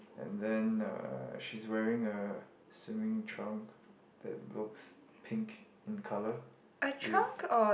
and then uh she's wearing a swimming trunk that looks pink in color with